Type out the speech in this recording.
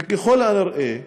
וככל הנראה,